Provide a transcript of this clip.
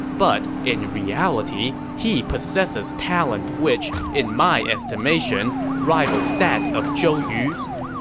but in reality, he possesses talent which, in my estimation, rivals that of zhou yu's.